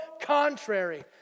contrary